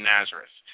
Nazareth